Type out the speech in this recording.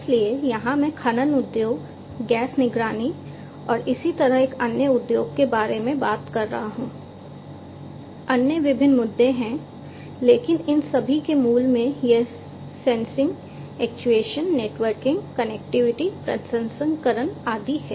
इसलिए यहां मैं खनन उद्योग गैस निगरानी और इसी तरह एक अन्य उद्योग के बारे में बात कर रहा हूं अन्य विभिन्न मुद्दे हैं लेकिन इन सभी के मूल में यह सैसिंग एक्चुएशन नेटवर्किंग कनेक्टिविटी प्रसंस्करण आदि है